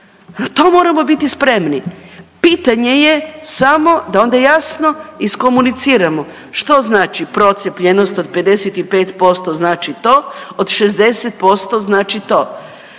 na to moramo biti spremni. Pitanje je samo da onda jasno iskomuniciramo, što znači procijepljenost od 55% znači to, od 60% znači to.